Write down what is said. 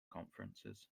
conferences